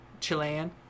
Chilean